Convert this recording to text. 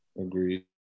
Agreed